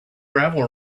gravel